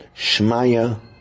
Shmaya